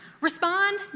respond